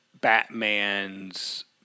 Batman's